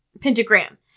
Pentagram